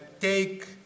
take